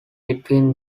between